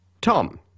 Tom